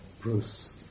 Bruce